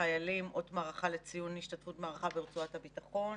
לחיילים אות מערכה לציון השתתפות מערכה ברצועת הביטחון.